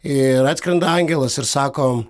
ir atskrenda angelas ir sako